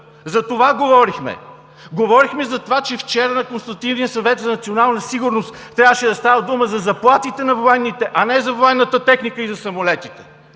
За това говорихме. Говорихме за това, че вчера на Консултативния съвет за национална сигурност трябваше да става дума за заплатите на военните, а не за военната техника и за самолетите.